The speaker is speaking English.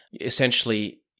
Essentially